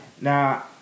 Now